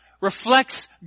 reflects